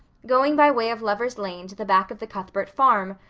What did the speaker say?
going by way of lover's lane to the back of the cuthbert farm,